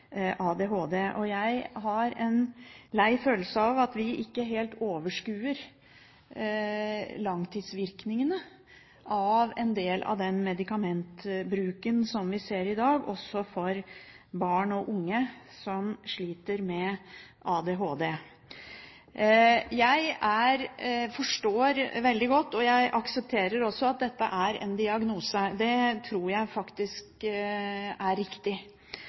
ADHD. Jeg har en lei følelse av at vi ikke helt overskuer langtidsvirkningene av en del av den medikamentbruken som vi ser i dag, også for barn og unge som sliter med ADHD. Jeg forstår veldig godt og aksepterer også at dette er en diagnose. Det tror jeg faktisk er riktig.